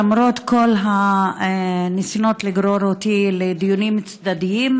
למרות כל הניסיונות לגרור אותי לדיונים צדדיים,